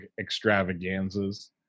extravaganzas